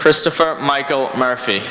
christopher michael murphy